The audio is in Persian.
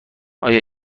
آیا